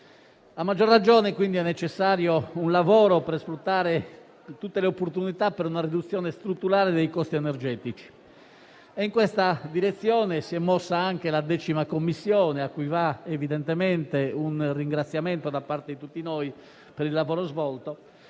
A maggior ragione, quindi, è necessario un lavoro per sfruttare tutte le opportunità di riduzione strutturale dei costi energetici e in questa direzione si è mossa anche la 10a Commissione, a cui va evidentemente un ringraziamento da parte di tutti noi per il lavoro svolto,